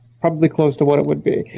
probably close to what it would be.